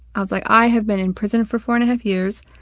i was like, i have been in prison for four-and-a-half years,